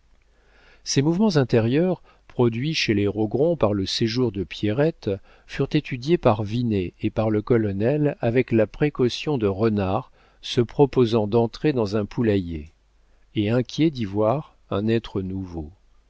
ces mouvements intérieurs produits chez les rogron par le séjour de pierrette furent étudiés par vinet et par le colonel avec la précaution de renards se proposant d'entrer dans un poulailler et inquiets d'y voir un être nouveau